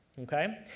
Okay